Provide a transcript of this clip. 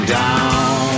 down